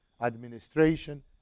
administration